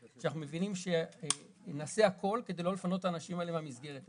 אנחנו מבינים שנעשה הכול כדי לא לפנות את האנשים האלה מהמסגרת,